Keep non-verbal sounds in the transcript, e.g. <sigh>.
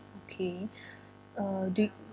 okay <breath> uh do